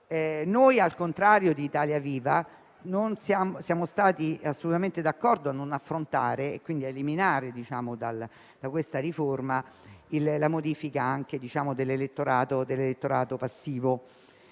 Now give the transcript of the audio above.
Noi, al contrario di Italia Viva, siamo stati assolutamente d'accordo ad eliminare da questa riforma la modifica dell'elettorato passivo.